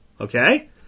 okay